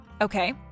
Okay